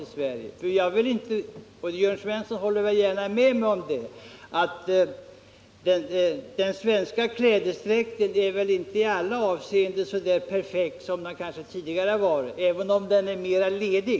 Jörn Svensson håller väl gärna med om att den svenska klädedräkten i dag inte är så perfekt som den kanske varit tidigare, även om den nu är mera ledig?